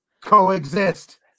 coexist